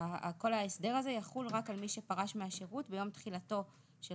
כל ההסדר הזה יחול רק על מי שפרש מהשירות ביום תחילתו של חוק זה.